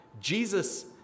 Jesus